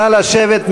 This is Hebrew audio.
נא לשבת,